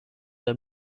der